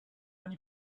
many